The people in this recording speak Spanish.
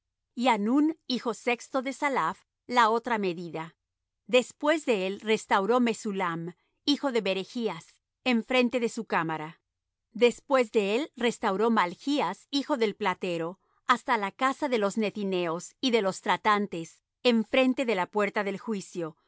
de selemías y anún hijo sexto de salaph la otra medida después de él restauró mesullam hijo de berechas enfrente de su cámara después de él restauró malchas hijo del platero hasta la casa de los nethineos y de los tratantes enfrente de la puerta del juicio y